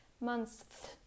months